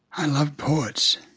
i loved poets.